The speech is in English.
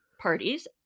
parties